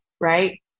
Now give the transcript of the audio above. right